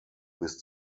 bis